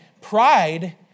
Pride